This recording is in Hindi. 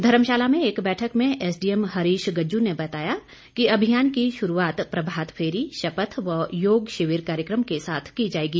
धर्मशाला में एक बैठक में एसडीएम हरीश गज्जू ने बताया कि अभियान की शुरूआत प्रभात फेरी शपथ व योग शिविर कार्यकम के साथ की जाएगी